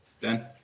Ben